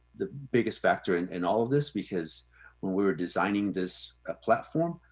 the biggest factor in and all of this, because when we were designing this platform,